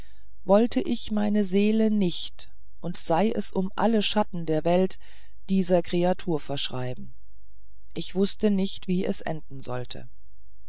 wollt ich meine seele nicht sei es um alle schatten der welt dieser kreatur verschreiben ich wußte nicht wie es enden sollte